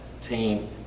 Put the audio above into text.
team